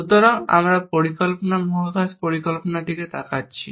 সুতরাং আমরা পরিকল্পনা মহাকাশ পরিকল্পনার দিকে তাকাচ্ছি